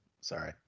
Sorry